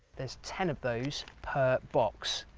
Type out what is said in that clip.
there's ten of those per box.